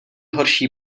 horší